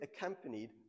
accompanied